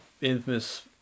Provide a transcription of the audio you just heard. infamous